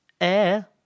Air